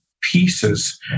pieces